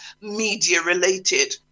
media-related